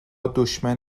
دشمن